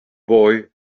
boy